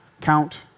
Count